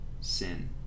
sin